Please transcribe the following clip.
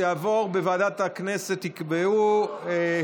אני קובע שהצעת החוק של חבר הכנסת מאיר פרוש עברה